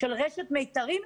של רשת "מיתרים",